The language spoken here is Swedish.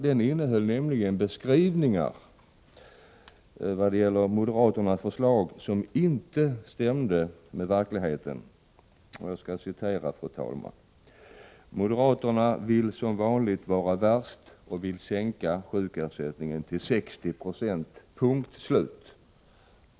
Den innehöll nämligen beskrivningar i vad gäller moderaternas förslag som inte stämde med verkligheten: moderaterna vill som vanligt vara värst och vill sänka sjukersättningen till 60 96.